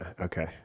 okay